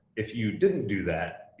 if you didn't do that,